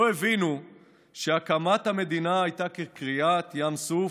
לא הבינו שהקמת המדינה הייתה כקריעת ים סוף,